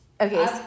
okay